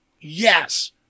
Yes